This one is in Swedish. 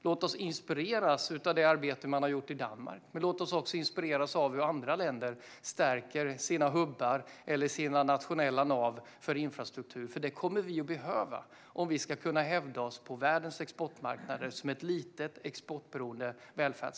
Låt oss inspireras av det arbete som har gjorts i Danmark. Och låt oss också inspireras av hur andra länder stärker sina hubbar, sina nationella nav för infrastruktur, för det kommer vi att behöva om vi som ett litet exportberoende välfärdsland ska kunna hävda oss på världens exportmarknader.